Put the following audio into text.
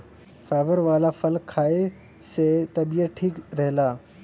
fibre वाला फल खाए से तबियत ठीक रहला